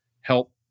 help